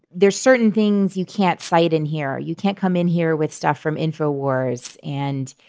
there's certain things you can't fight in here. you can't come in here with stuff from infowars and,